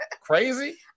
Crazy